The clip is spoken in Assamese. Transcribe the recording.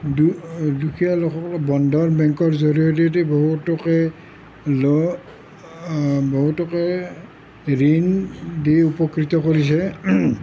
দুখীয়া লোকসকলক বন্ধন বেংকৰ জৰিয়তেদি বহুতকে লোন বহুতকে ঋণ দি উপকৃত কৰিছে